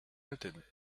melted